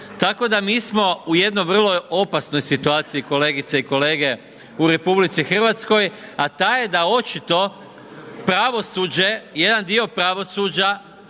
Tako da mi smo u jednoj vrlo opasnoj situaciji, kolegice i kolege u RH, a ta je da očito pravosuđe, jedan dio pravosuđa